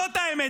זאת האמת.